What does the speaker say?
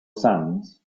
sands